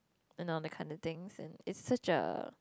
you know that kind of things and it's such a